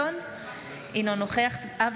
אינו נוכח סימון דוידסון,